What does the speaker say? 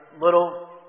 little